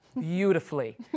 beautifully